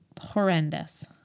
horrendous